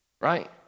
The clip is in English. right